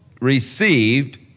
received